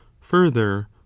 further